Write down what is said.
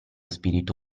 spirito